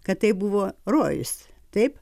kad tai buvo rojus taip